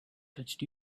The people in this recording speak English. touched